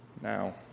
Now